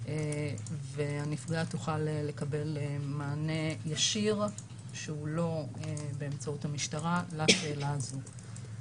והנפגעת תוכל לקבל מענה ישיר שהוא לא באמצעות המשטרה לשאלה הזו.